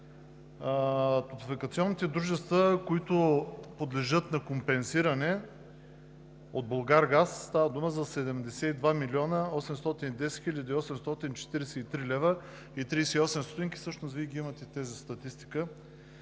Топлофикационните дружества, които подлежат на компенсиране от Булгаргаз, става дума за 72 млн. 810 хил. 843 лв. и 38 ст. – всъщност Вие имате тази статистика.